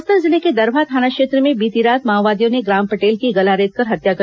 बस्तर जिले के दरभा थाना क्षेत्र में बीती रात माओवादियों ने ग्राम पटेल की गला रेतकर हत्या कर